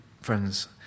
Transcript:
friends